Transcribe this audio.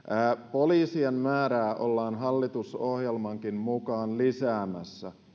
poliisien määrää ollaan hallitusohjelmankin mukaan lisäämässä